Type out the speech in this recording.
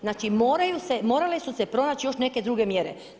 Znači morali su se pronaći još neke druge mjere.